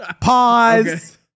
Pause